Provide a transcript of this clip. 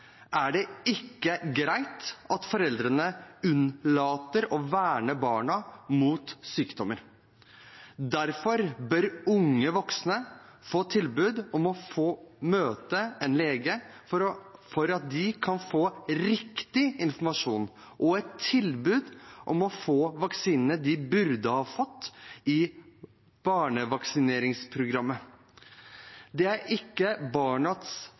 er det ikke greit at foreldrene unnlater å verne barna mot sykdommer. Derfor bør unge voksne få tilbud om å møte en lege, slik at de kan få riktig informasjon og et tilbud om å få vaksinene de burde ha fått i barnevaksineringsprogrammet. Det er ikke